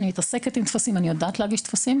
אני מתעסקת עם טפסים ואני יודעת להגיש טפסים